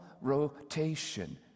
rotation